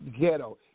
ghetto